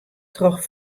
troch